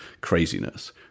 craziness